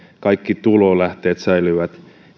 kaikki tulolähteet säilyvät